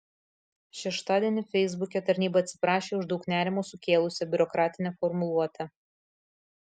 šeštadienį feisbuke tarnyba atsiprašė už daug nerimo sukėlusią biurokratinę formuluotę